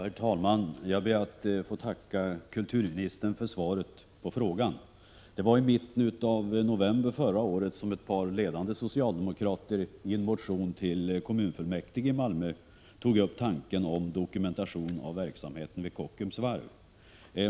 Herr talman! Jag ber att få tacka kulturministern för svaret på frågan. Det var i mitten av november förra året som ett par ledande socialdemokrater i en motion till kommunfullmäktige i Malmö tog upp tanken om dokumentation av verksamheten vid Kockums varv.